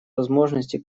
возможности